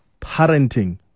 parenting